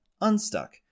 unstuck